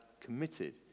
committed